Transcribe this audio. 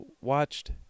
watched